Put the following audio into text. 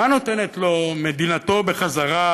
מה נותנת לו מדינתו בחזרה,